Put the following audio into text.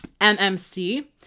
MMC